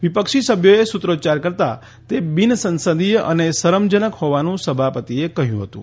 વિપક્ષી સભ્યોએ સુત્રોચ્યાર કરતા તે બિનસંસદીય અને શરમજનક હોવાનું સભાપતિએ કહ્યું હતું